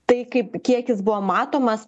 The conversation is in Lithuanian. tai kaip kiekis buvo matomas